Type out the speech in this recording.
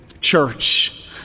church